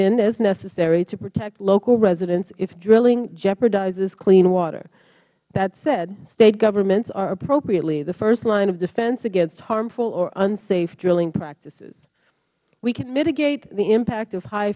in as necessary to protect local residents if drilling jeopardizes clean water with that said state governments are appropriately the first line of defense again harmful or unsafe drilling practices we can mitigate the impact of high